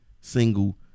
single